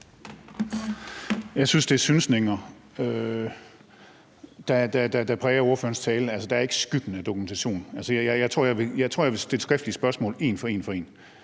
Jeg synes, det er synsninger, der præger ordførerens tale. Der er ikke skyggen af dokumentation. Jeg tror, jeg vil stille skriftlige spørgsmål – et for et